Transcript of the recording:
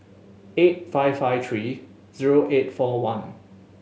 eight five five three zero eight four one